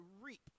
reap